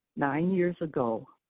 nine years ago,